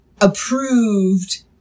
approved